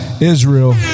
Israel